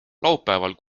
laupäeval